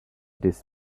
this